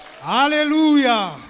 Hallelujah